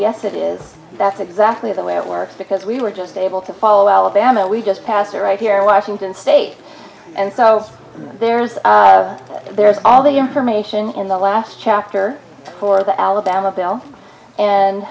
yes it is that's exactly the way it works because we were just able to follow alabama we just passed right here washington state and so there's there's all the information in the last chapter for the alabama bill and